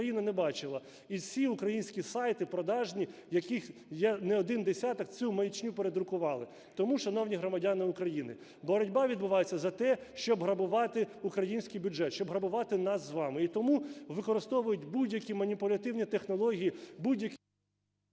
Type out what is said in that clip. країна не бачила. І всі українські сайти продажні, яких є не один десяток, цю маячню передрукували. Тому, шановні громадяни України, боротьба відбувається за те, щоб грабувати український бюджет, щоб грабувати нас з вами. І тому використовують будь-які маніпулятивні технології, будь-які…